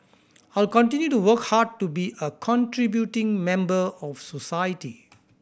how continue to work hard to be a contributing member of society